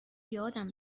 یادم